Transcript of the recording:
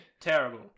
terrible